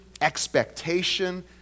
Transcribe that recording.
expectation